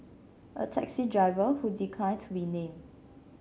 a taxi driver who declined to be named